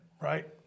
right